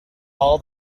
all